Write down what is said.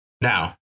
Now